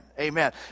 Amen